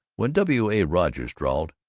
when w. a. rogers drawled,